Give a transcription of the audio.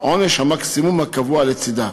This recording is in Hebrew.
עונש המקסימום הקבוע לצדה.